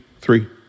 three